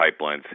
pipelines